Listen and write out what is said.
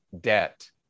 debt